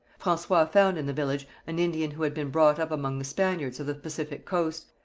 francois found in the village an indian who had been brought up among the spaniards of the pacific coast,